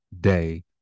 day